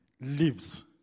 lives